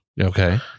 Okay